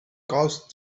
caused